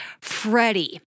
Freddie